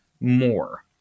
more